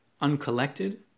uncollected